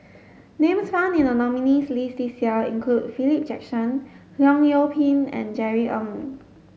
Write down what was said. names found in the nominees' list this year include Philip Jackson Leong Yoon Pin and Jerry Ng